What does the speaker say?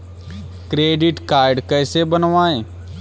Credit card कैसे बनवाएँ?